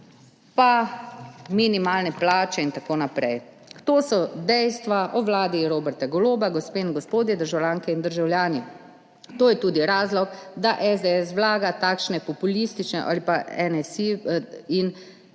pa minimalne plače in tako naprej. To so dejstva o vladi Roberta Goloba, gospe in gospodje, državljanke in državljani. To je tudi razlog, da SDS ali pa NSi vlagata takšne populistične, nestrokovne in